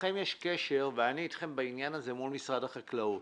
לכם יש קשר ואני אתכם בעניין הזה מול משרד החקלאות.